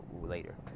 later